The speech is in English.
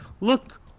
look